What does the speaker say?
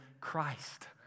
Christ